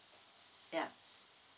ya